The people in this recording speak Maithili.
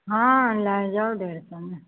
हँ लऽ जाउ डेढ़ सएमे